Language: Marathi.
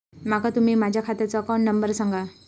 माका तुम्ही माझ्या खात्याचो अकाउंट नंबर सांगा?